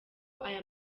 aya